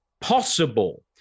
possible